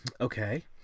okay